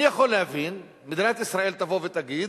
אני יכול להבין, מדינת ישראל תבוא ותגיד,